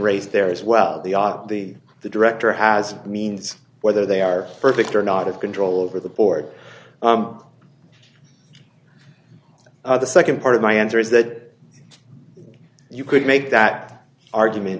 raised there as well the op the the director has means whether they are perfect or not of control over the board the nd part of my answer is that you could make that argument